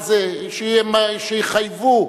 שיחייבו,